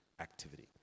activity